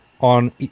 on